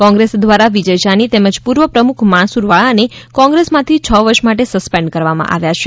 કોંગ્રેસ દ્વારા વિજય જાની તેમજ પૂર્વ પ્રમુખ માણસુર વાળાને કોંગ્રેસમાંથી છ વર્ષ માટે સસ્પેન્ડ કરવામાં આવ્યા છે